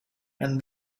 and